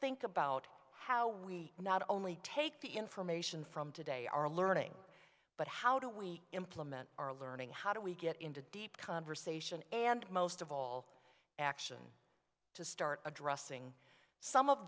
think about how we not only take the information from today our learning but how do we implement our learning how do we get into deep conversation and most of all action to start addressing some of